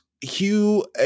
Hugh